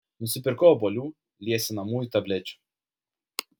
nusipirkau obuolių liesinamųjų tablečių